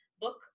book